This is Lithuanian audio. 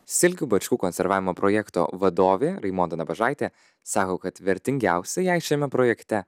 silkių bačkų konservavimo projekto vadovė raimonda nabažaitė sako kad vertingiausia jai šiame projekte